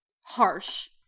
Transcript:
harsh